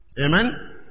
Amen